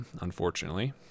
unfortunately